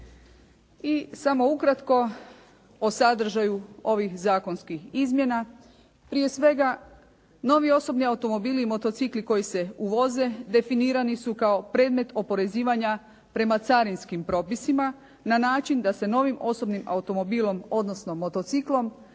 I samo ukratko o sadržaju ovih zakonskih izmjena. Prije svega, novi osobni automobili i motocikli koji se uvoze definirani su kao predmet oporezivanja prema carinskim propisima na način da se novim osobnim automobilom, odnosno motociklom